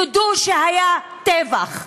תודו שהיה טבח.